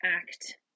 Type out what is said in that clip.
act